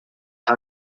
how